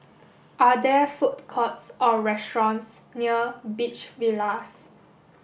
are there food courts or restaurants near Beach Villas